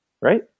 right